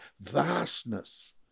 vastness